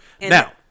Now